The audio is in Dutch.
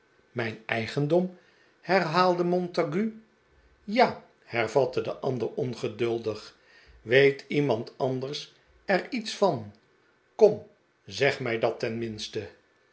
mijn eigendom herhaalde montague ja hervatte de ander ongeduldig weet iemand anders er iets van kom zeg mij dat tenminste